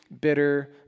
bitter